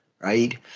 right